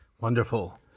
Wonderful